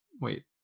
wait